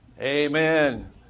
amen